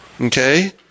okay